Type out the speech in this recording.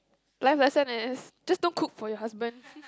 life lesson is just don't cook for your husband